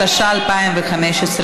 התשע"ה 2015,